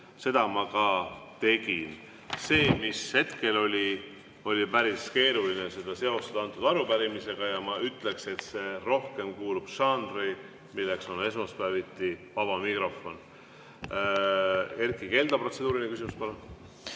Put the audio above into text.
Seda ma ka tegin. Seda, mis hetkel oli, oli päris keeruline seostada antud arupärimisega. Ma ütleks, et see kuulub rohkem žanri, mis on esmaspäeviti vaba mikrofon. Erkki Keldo, protseduuriline küsimus, palun!